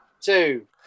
two